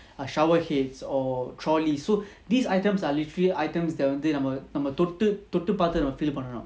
err shower heads or trolley so these items are literally items that வந்துநம்மதொட்டுதொட்டுபார்த்துநம்ம:vandhu namma thottu thottu parthu namma feel பண்ணனும்:pannanum